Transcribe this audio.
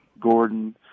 Gordon